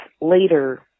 later